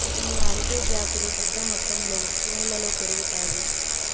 కొన్ని ఆల్గే జాతులు పెద్ద మొత్తంలో ఉప్పు నీళ్ళలో పెరుగుతాయి